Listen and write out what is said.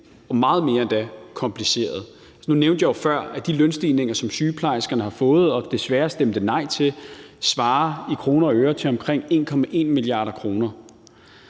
meget mere kompliceret. Nu nævnte jeg jo før, at de lønstigninger, som sygeplejerskerne har fået og desværre stemte nej til, i kroner og øre svarer til omkring 1,1 mia. kr.